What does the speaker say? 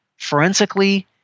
forensically